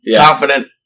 confident